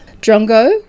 Drongo